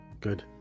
Good